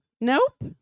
Nope